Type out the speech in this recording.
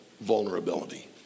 vulnerability